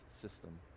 system